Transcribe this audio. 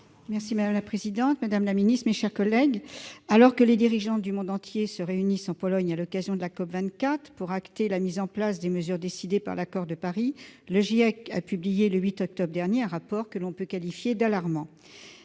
Madame la présidente, madame la secrétaire d'État, mes chers collègues, alors que les dirigeants du monde entier se réunissent, en Pologne, à l'occasion de la COP24, pour prendre acte de la mise en place des mesures décidées par l'accord de Paris, le GIEC a publié, le 8 octobre dernier, un rapport que l'on peut qualifier d'alarmant.